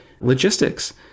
Logistics